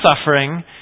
suffering